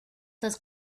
those